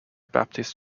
baptist